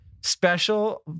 special